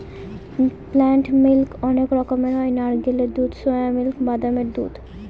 plant milk অনেক রকমের হয় নারকেলের দুধ, সোয়া মিল্ক, বাদামের দুধ